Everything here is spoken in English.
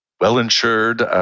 well-insured